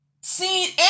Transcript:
Seen